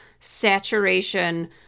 saturation